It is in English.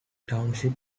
township